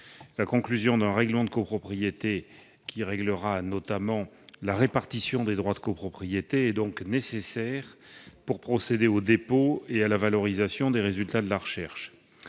La conclusion d'un règlement de copropriété, réglant notamment la répartition des droits de copropriété, est nécessaire pour procéder au dépôt et à la valorisation des résultats de la recherche.